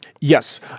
Yes